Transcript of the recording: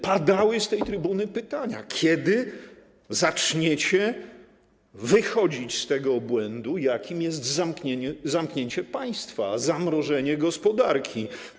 Padały z tej trybuny pytania, kiedy zaczniecie wychodzić z tego obłędu, jakim jest zamknięcie państwa, zamrożenie gospodarki.